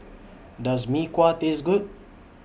Does Mee Kuah Taste Good